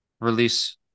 release